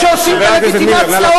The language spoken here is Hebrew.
הם שעושים דה-לגיטימציה,